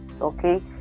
okay